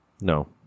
No